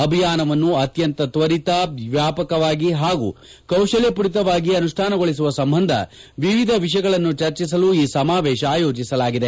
ಅಭಿಯಾನವನ್ನು ಅತ್ಯಂತ ತ್ವರಿತ ವ್ಯಾಪಕವಾಗಿ ಹಾಗೂ ಕೌಶಲ್ಯಪೂರಿತವಾಗಿ ಅನುಷ್ಡಾನಗೊಳಿಸುವ ಸಂಬಂಧ ವಿವಿಧ ವಿಷಯಗಳನ್ನು ಚರ್ಚಿಸಲು ಈ ಸಮಾವೇಶ ಆಯೋಜಿಸಲಾಗಿದೆ